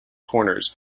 corners